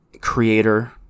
creator